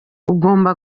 ugomba